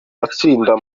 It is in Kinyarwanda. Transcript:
atsinda